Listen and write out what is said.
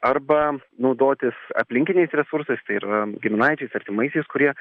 arba naudotis aplinkiniais resursais tai yra giminaičiais artimaisiais kurie